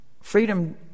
freedom